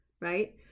right